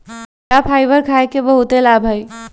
बीया फाइबर खाय के बहुते लाभ हइ